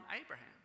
Abraham